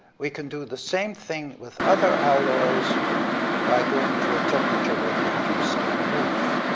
we can do the same thing with other alloys by going to a temperature where the atoms still move.